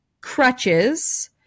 crutches